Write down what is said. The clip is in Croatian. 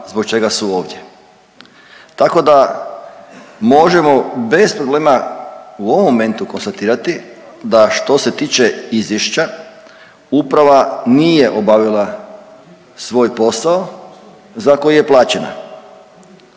zbog čega su ovdje. Tako da možemo bez problema u ovom momentu konstatirati, da što se tiče izvješća uprava nije obavila svoj posao za koji je plaćena.